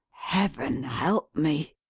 heaven help me!